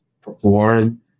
perform